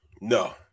No